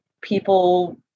people